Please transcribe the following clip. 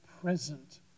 present